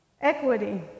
Equity